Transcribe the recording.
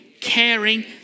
caring